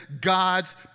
God's